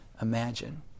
imagine